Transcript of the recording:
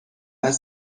بود